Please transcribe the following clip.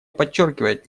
подчеркивает